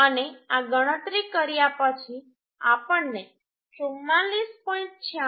અને આ ગણતરી કર્યા પછી આપણને 44